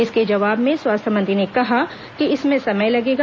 इसके जवाब में स्वास्थ्य मंत्री ने कहा कि इसमें समय लगेगा